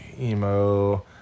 Emo